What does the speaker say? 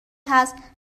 هست